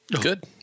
Good